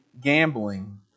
gambling